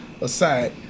aside